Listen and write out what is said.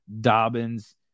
Dobbins